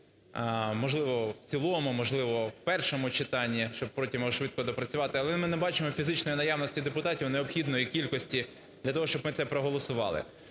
Можливо, в цілому, можливо, в першому читанні, якщо потім його швидко доопрацювати. Але ми не бачимо фізичної наявності депутатів, необхідної кількості для того, щоб ми це проголосували.